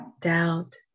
doubt